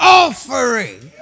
offering